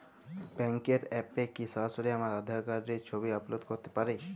ব্যাংকের অ্যাপ এ কি সরাসরি আমার আঁধার কার্ড র ছবি আপলোড করতে পারি?